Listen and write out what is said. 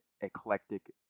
eclectic